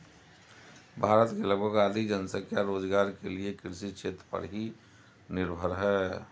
भारत की लगभग आधी जनसंख्या रोज़गार के लिये कृषि क्षेत्र पर ही निर्भर है